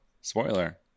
spoiler